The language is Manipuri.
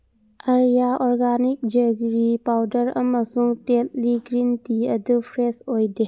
ꯑꯔꯌꯥ ꯑꯣꯔꯒꯥꯅꯤꯛ ꯖꯦꯒꯔꯤ ꯄꯥꯎꯗꯔ ꯑꯃꯁꯨꯡ ꯇꯦꯠꯂꯤ ꯒ꯭ꯔꯤꯟ ꯇꯤ ꯑꯗꯨ ꯐ꯭ꯔꯦꯁ ꯑꯣꯏꯗꯦ